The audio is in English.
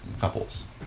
couples